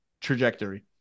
trajectory